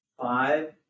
five